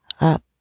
up